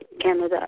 Canada